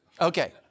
Okay